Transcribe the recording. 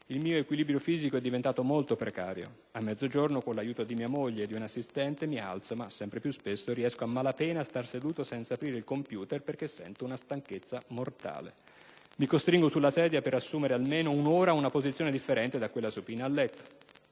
il mio equilibrio fisico è diventato molto precario. A mezzogiorno con l'aiuto di mia moglie e di un assistente mi alzo, ma sempre più spesso riesco a malapena a star seduto senza aprire il *computer* perché sento una stanchezza mortale. Mi costringo sulla sedia per assumere per almeno un'ora una posizione differente da quella supina a letto.